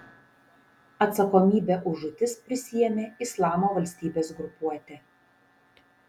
atsakomybę už žūtis prisiėmė islamo valstybės grupuotė